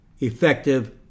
effective